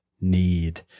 need